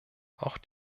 auch